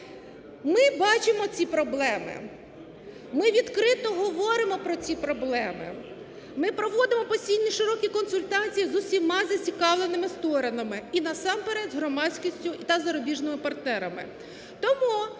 Ми бачимо ці проблеми, ми відкрито говоримо про ці проблеми, ми проводимо постійні широкі консультації з усіма зацікавленими сторонами, і насамперед з громадськістю та зарубіжними партнерами.